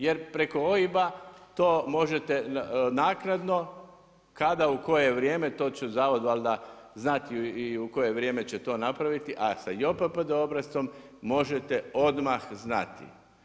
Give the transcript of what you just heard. Jer preko OIB-a to možete naknado kada u koje vrijeme, to će Zavod valjda znati i u koje vrijeme će to napraviti, a sa JPPD obrascom, možete odmah znati.